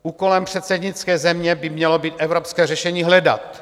Úkolem předsednické země by mělo být evropské řešení hledat.